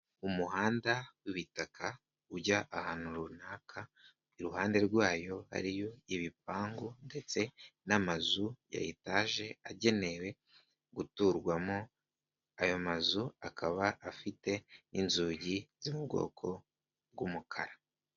Umuhanda w'ibitaka ujya ahantu runaka iruhande rwawo hariyo ibipangu ndetse n'amazu ya etaje agenewe guturwamo ayo mazu akaba afite inzugi zo mu bwoko bw'umukara.